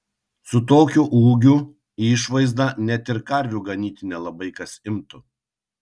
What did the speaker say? su tokiu ūgiu išvaizda net ir karvių ganyti nelabai kas imtų